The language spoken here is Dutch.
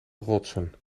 rotsen